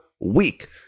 week